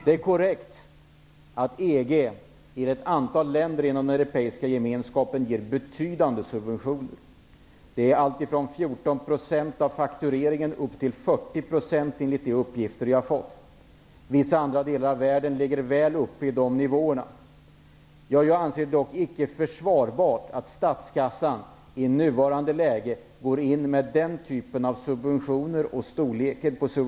Det är korrekt att ett antal länder inom den europeiska gemenskapen ger betydande subventioner. Det är allt ifrån 14 % av faktureringen upp till 40 %, enligt de uppgifter jag har fått. Vissa andra länder i världen ligger också uppe på de nivåerna. Jag anser det dock inte försvarbart att statskassan i nuvarande läge går in med den typen av subventioner.